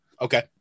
Okay